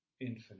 infinite